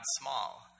small